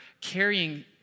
carrying